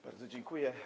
Bardzo dziękuję.